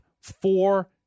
four